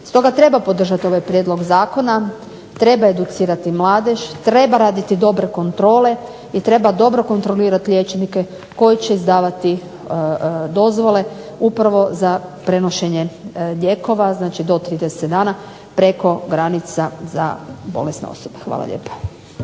Stoga treba podržati ovaj prijedlog zakona, treba educirati mladež, treba raditi dobre kontrole i treba dobro kontrolirati liječnike koji će izdavati dozvole upravo za prenošenje lijekova znači do 30 dana preko granica za bolesne osobe. Hvala lijepa.